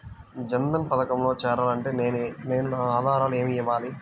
జన్ధన్ పథకంలో చేరాలి అంటే నేను నా ఆధారాలు ఏమి ఇవ్వాలి?